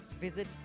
visit